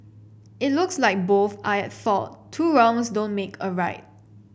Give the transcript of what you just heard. it looks like both are at fault two wrongs don't make a right